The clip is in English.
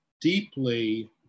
deeply